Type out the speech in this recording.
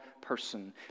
person